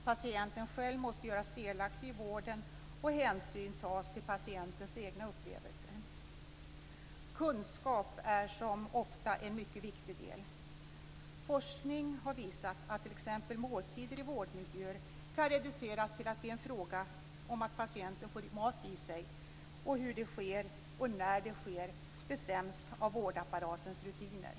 Patienten själv måste göras delaktig i vården och hänsyn måste tas till patientens egna upplevelser. Kunskap är som ofta en mycket viktig del. Forskning har visat att t.ex. måltider i vårdmiljöer kan reduceras till att bli en fråga om att patienten får mat i sig. Hur det sker och när det sker bestäms av vårdapparatens rutiner.